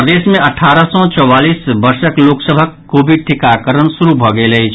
प्रदेश मे अठारह सँ चौवालीस वर्षक लोक सभक कोविड टीकाकरण शुरू भऽ गेल अछि